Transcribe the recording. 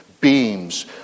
beams